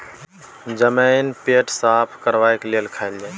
जमैन पेट साफ करबाक लेल खाएल जाई छै